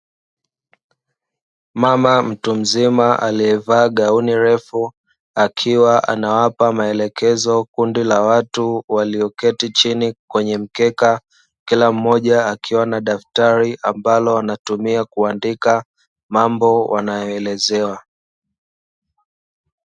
Mama mtu mzima alievaa gauni refu akiwapa maelekezo kundi la watu walioketi chini kwenye mkeka, kila mmoja akiwa na daktari ambalo anatumia kuandika mambo wanayoelezewa.